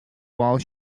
while